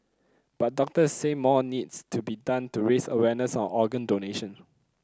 but doctors say more needs to be done to raise awareness on organ donation